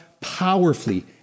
powerfully